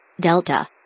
Delta